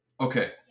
Okay